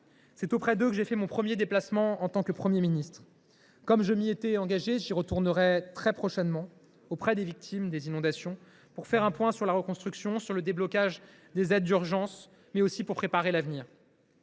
C’est auprès d’elles que j’ai fait mon premier déplacement en tant que Premier ministre. Comme je m’y étais engagé, je retournerai très prochainement auprès d’elles pour faire le point sur la reconstruction et sur le déblocage des aides d’urgence, mais aussi pour préparer l’avenir.